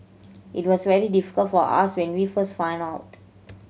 it was very difficult for us when we first found out